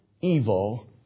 evil